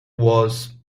was